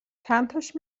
چنتاش